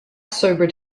sobered